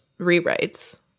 rewrites –